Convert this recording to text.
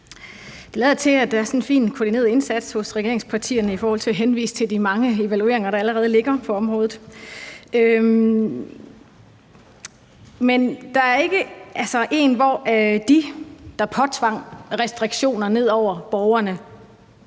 Det lader til, at der er sådan en fin koordineret indsats hos regeringspartierne i forhold til at henvise til de mange evalueringer, der allerede ligger på området. Men der er ikke en, hvor de, der påtvang restriktioner og lagde